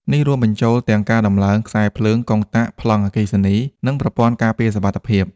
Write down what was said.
នេះរួមបញ្ចូលទាំងការតំឡើងខ្សែភ្លើង កុងតាក់ ប្លង់អគ្គិសនី និងប្រព័ន្ធការពារសុវត្ថិភាព។